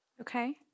okay